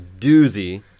doozy